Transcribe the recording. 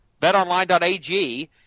BetOnline.ag